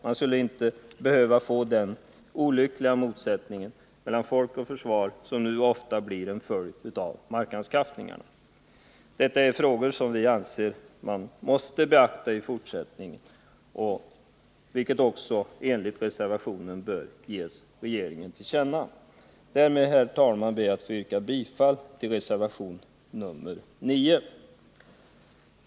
Man skulle inte behöva få den olyckliga motsättning mellan folk och försvar som nu ofta blir en följd av markanskaffningarna. Såsom vi anfört i vår reservation anser vi att detta måste beaktas i fortsättningen och att det även bör ges regeringen till känna. Därmed, herr talman, ber jag att få yrka bifall till reservation nr 9.